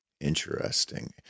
Interesting